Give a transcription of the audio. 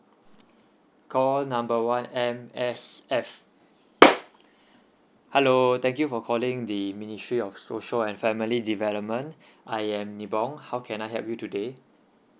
call number one M_S_F hello thank you for calling the ministry of social and family development I am nibong how can I help you today